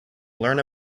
learn